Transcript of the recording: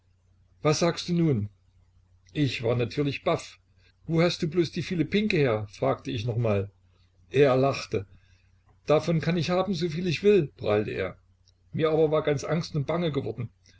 was sagst du nun ich war natürlich baff wo hast du bloß die viele pinke her fragte ich nochmal er lachte davon kann ich haben soviel ich will prahlte er mir aber war ganz angst und bange geworden